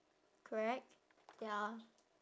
correct ya